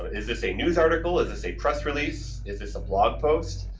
ah is this a news article, is this a press release, is this a blog post.